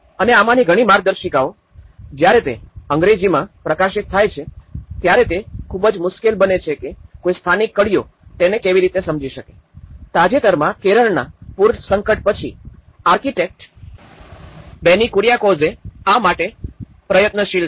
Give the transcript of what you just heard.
અને આમાંની ઘણી માર્ગદર્શિકાઓ જ્યારે તે અંગ્રેજીમાં પ્રકાશિત થાય છે ત્યારે તે ખૂબ જ મુશ્કેલ બને છે કે કોઈ સ્થાનિક કડિયો તેને કેવી રીતે સમજી શકેતાજેતરમાં કેરળના પૂર સંકટ પછી આર્કિટેક્ટ બેની કુરિઆકોઝ આ માટે પ્રયત્નશીલ છે